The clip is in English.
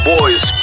Boys